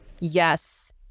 Yes